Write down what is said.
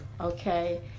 okay